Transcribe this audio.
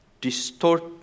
distort